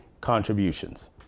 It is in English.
contributions